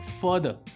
further